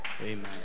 Amen